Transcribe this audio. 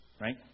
right